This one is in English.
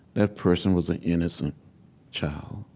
that person was an innocent child,